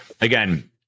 Again